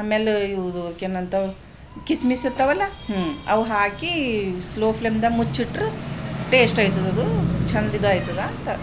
ಆಮೇಲೆ ಇವು ಅದಕ್ಕೇನಂತವ ಕಿಸ್ಮಿಸ್ ಇರ್ತಾವಲ್ಲ ಹ್ಞೂ ಅವು ಹಾಕಿ ಸ್ಲೋ ಫ್ಲೇಮ್ದಾಗ ಮುಚ್ಚಿಟ್ರ ಟೇಸ್ಟ್ ಆಯ್ತದದು ಚೆಂದ ಇದಾಯ್ತದ